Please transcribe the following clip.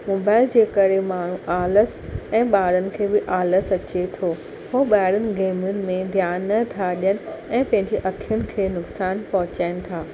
mobile जे करे माण्हू आलस ऐं ॿारनि खे बि आलस अचे थो उहे ॿाहिरुनि गेमुनि में ध्यानु न था ॾियनि ऐं पंहिंजी अखियुनि खे नुक़सानु पहुचाइनि था